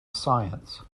science